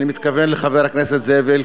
אני מתכוון לחבר הכנסת זאב אלקין.